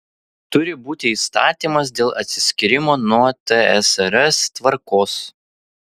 turi būti įstatymas dėl atsiskyrimo nuo tsrs tvarkos